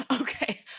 Okay